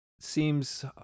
seems